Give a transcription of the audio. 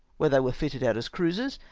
where they were fitted out as cruisers,